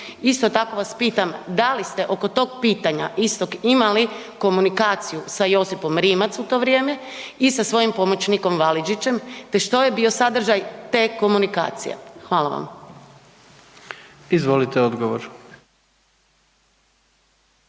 Isto tako vas pitam da li ste oko tog pitanja istog imali komunikaciju sa Josipom Rimac u to vrijeme i sa svojim pomoćnikom Validžićem te što je bio sadržaj te komunikacije? Hvala vam. **Jandroković,